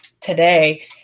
today